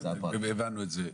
אם הבנו את זה,